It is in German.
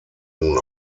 nun